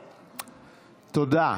תודה.